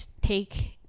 take